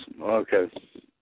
Okay